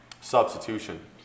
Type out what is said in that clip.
substitution